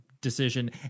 decision